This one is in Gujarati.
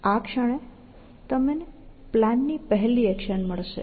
આ ક્ષણે તમને પ્લાન ની પહેલી એક્શન મળશે